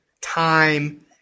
time